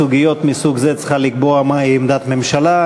לקבוע בסוגיות מסוג זה מהי עמדת ממשלה.